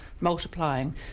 multiplying